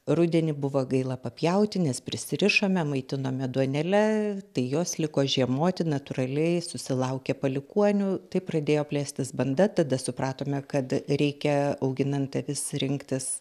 rudenį buvo gaila papjauti nes prisirišome maitinome duonele tai jos liko žiemoti natūraliai susilaukė palikuonių taip pradėjo plėstis banda tada supratome kad reikia auginant avis rinktis